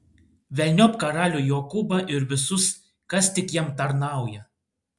velniop karalių jokūbą ir visus kas tik jam tarnauja